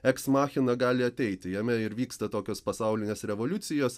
eksmachina gali ateiti jame ir vyksta tokios pasaulinės revoliucijos